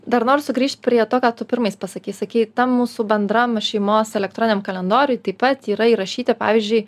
dar noriu sugrįžt prie to ką tu pirmais pasakei sakei tam mūsų bendram šeimos elektroniniam kalendoriuj taip pat yra įrašyti pavyzdžiui